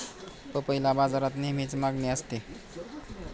पपईला बाजारात नेहमीच मागणी असते